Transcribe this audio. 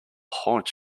haunt